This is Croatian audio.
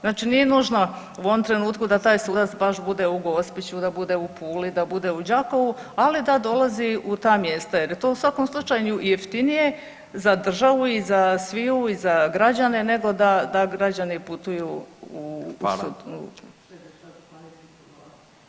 Znači nije nužno u ovom trenutku da taj sudac baš bude u Gospiću, da bude u Puli, da bude u Đakovu, ali da dolazi u ta mjesta jer je to u svakom slučaju i jeftinije za državu i za sviju i za građane nego da, da građani putuju u sud.